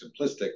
simplistic